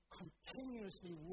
continuously